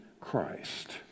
Christ